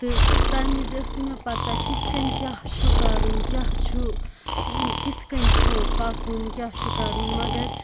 تہٕ تَمہِ وِزِ ٲس نہٕ مےٚ پَتَہ کِتھ کٔنۍ کیٛاہ چھُ کَرُن کیٛاہ چھُ کِتھ کٔنۍ چھُ پَکُن کیٛاہ چھُ کَرُن مگر